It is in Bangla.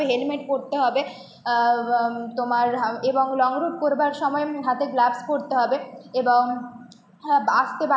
হেলমেট পরতে হবে তোমার হ্যাঁ এবং লং রুট করবার সময় হাতে গ্লাফস পরতে হবে এবং হ্যাঁ বা আস্তে বাইক